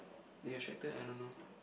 is it a tractor I don't know